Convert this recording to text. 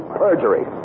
perjury